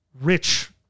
rich